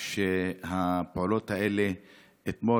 שהפעולות האלה היו אתמול